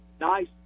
nice